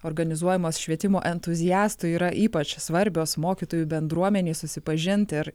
organizuojamos švietimo entuziastų yra ypač svarbios mokytojų bendruomenei susipažint ir